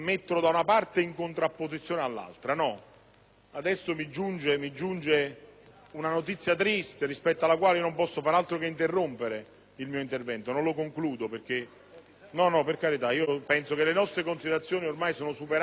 adesso una notizia triste, rispetto alla quale non posso far altro che interrompere il mio intervento. Non lo concludo perché le nostre considerazioni sono purtroppo superate dalla tragica attualità.